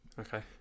Okay